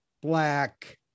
black